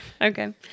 Okay